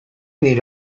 need